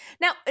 now